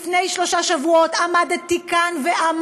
ערב הנסיעה של ראש הממשלה לפני שלושה שבועות עמדתי כאן ואמרתי: